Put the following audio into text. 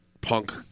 punk